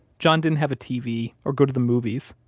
john didn't have a tv or go to the movies,